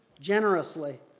generously